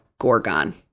Gorgon